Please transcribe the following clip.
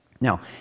Now